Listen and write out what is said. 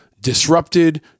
disrupted